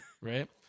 Right